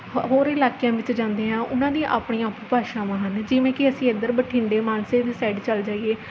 ਹ ਹੋਰ ਇਲਾਕਿਆਂ ਵਿੱਚ ਜਾਂਦੇ ਹਾਂ ਉਹਨਾਂ ਦੀ ਆਪਣੀਆਂ ਉਪਭਾਸ਼ਾਵਾਂ ਹਨ ਜਿਵੇਂ ਕਿ ਅਸੀਂ ਇੱਧਰ ਬਠਿੰਡੇ ਮਾਨਸੇ ਦੀ ਸਾਈਡ ਚਲ ਜਾਈਏ